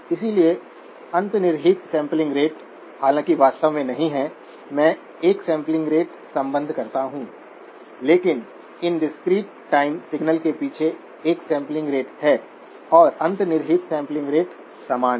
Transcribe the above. इसलिए अंतर्निहित sampling rate हालांकि वास्तव में नहीं हैं मैं एक सैंपलिंग रेट संबद्ध करता हूं लेकिन इन डिस्क्रीट टाइम सिग्नल के पीछे एक सैंपलिंग रेट है और अंतर्निहित सैंपलिंग रेट समान है